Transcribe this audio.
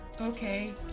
Okay